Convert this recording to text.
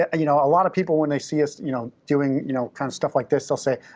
ah you know a lot of people, when they see us you know doing you know kind of stuff like this, they'll say,